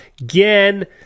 again